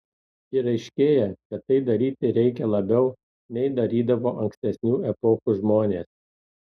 ir aiškėja kad tai daryti reikia labiau nei darydavo ankstesnių epochų žmonės